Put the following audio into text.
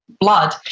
blood